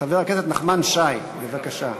חבר הכנסת נחמן שי, בבקשה.